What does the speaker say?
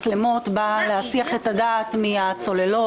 חברת הכנסת אורית פרקש הכהן בבקשה.